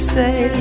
say